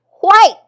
white